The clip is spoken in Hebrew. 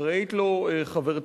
ושאחראית לו חברתנו,